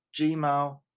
gmail